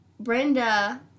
Brenda